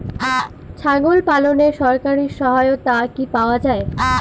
ছাগল পালনে সরকারি সহায়তা কি পাওয়া যায়?